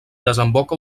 desemboca